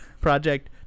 project